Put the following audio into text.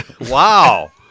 Wow